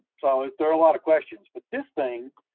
so ah there are a lot of questions. but this thing,